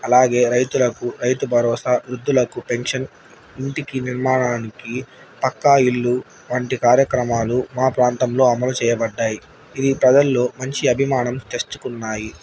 అలాగే రైతులకు రైతు భరోసా వృద్ధులకు పెన్షన్ ఇంటికి నిర్మాణానికి పక్కా ఇల్లు వంటి కార్యక్రమాలు మా ప్రాంతంలో అమలు చేయబడ్డాయి ఇది ప్రజల్లో మంచి అభిమానం తెచ్చుకున్నాయి